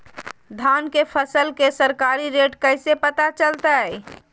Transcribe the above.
धान के फसल के सरकारी रेट कैसे पता चलताय?